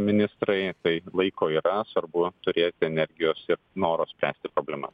ministrai tai laiko yra svarbu turėti energijos ir noro spręsti problemas